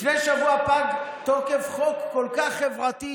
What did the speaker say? לפני שבוע פג תוקף חוק כל כך חברתי,